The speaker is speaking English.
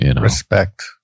Respect